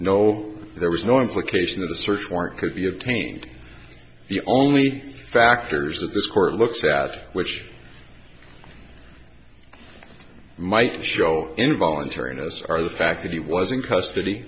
no there was no implication that the search warrant could be obtained the only factors that this court looks at which might show involuntary innes are the fact that he was in custody